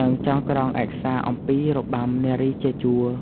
និងចងក្រងឯកសារអំពីរបាំនារីជាជួរ។